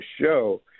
show